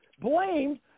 blamed